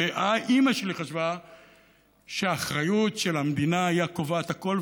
ואימא שלי חשבה שהאחריות של המדינה היא הקובעת הכול,